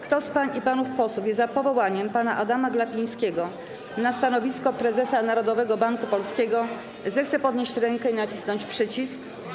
Kto z pań i panów posłów jest za powołaniem pana Adama Glapińskiego na stanowisko prezesa Narodowego Banku Polskiego, zechce podnieść rękę i nacisnąć przycisk.